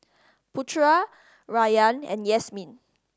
Putera Rayyan and Yasmin